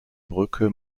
brücke